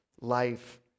life